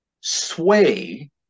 sway